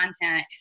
content